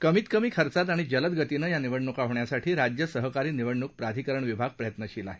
कमीत कमी खर्चात आणि जलद गतीनं या निवडणुका होण्यासाठी राज्य सहकारी निवडणुक प्राधिकरण विभाग प्रयत्नशील आहे